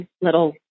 little